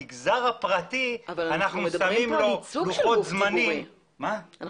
המגזר הפרטי אנחנו מים לו לוחות זמנים --- אנחנו